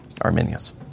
Arminius